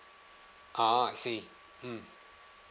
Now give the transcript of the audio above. ah I see mm